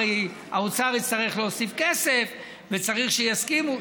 הרי האוצר יצטרך להוסיף כסף וצריך שיסכימו.